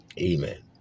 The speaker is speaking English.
Amen